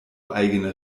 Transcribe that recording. eigene